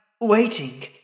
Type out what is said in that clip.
waiting